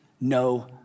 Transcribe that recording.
no